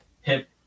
hip